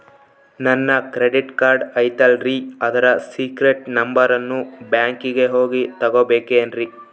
ನನ್ನ credit card ಐತಲ್ರೇ ಅದರ ಸೇಕ್ರೇಟ್ ನಂಬರನ್ನು ಬ್ಯಾಂಕಿಗೆ ಹೋಗಿ ತಗೋಬೇಕಿನ್ರಿ?